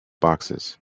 boxes